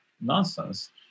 nonsense